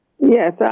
Yes